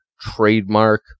trademark